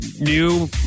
new